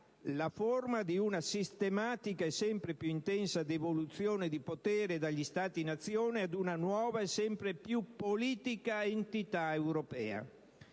«la forma di una sistematica e sempre più intensa devoluzione di potere dagli Stati Nazione ad una nuova e sempre più politica entità europea».